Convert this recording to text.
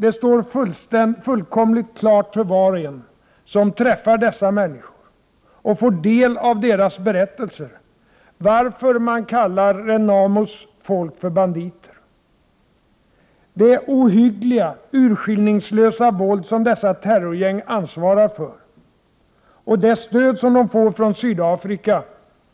Det står fullkomligt klart för var och en som träffar dessa människor och får ta del av deras berättelser varför man kallar Renamos folk för banditer. Det ohyggliga, urskiljningslösa våld som dessa terrorgäng ansvarar för — och det stöd som de får från Sydafrika